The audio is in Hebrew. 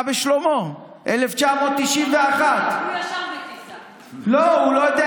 אתה בשלמה, 1991. הוא ישר --- לא, הוא לא יודע.